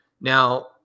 Now